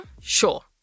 sure